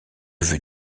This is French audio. veux